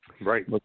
Right